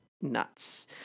nuts